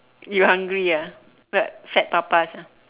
you hungry ah fat fat papas ah